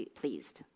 pleased. (